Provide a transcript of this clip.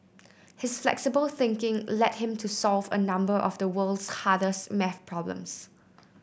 his flexible thinking led him to solve a number of the world's hardest maths problems